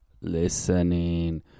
listening